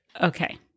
Okay